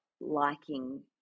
liking